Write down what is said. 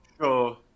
Sure